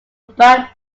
brian